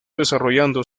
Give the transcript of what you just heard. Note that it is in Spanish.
desarrollando